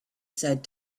said